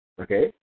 okay